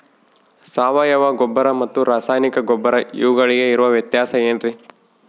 ಸಾವಯವ ಗೊಬ್ಬರ ಮತ್ತು ರಾಸಾಯನಿಕ ಗೊಬ್ಬರ ಇವುಗಳಿಗೆ ಇರುವ ವ್ಯತ್ಯಾಸ ಏನ್ರಿ?